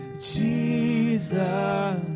Jesus